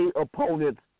opponents